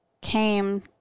came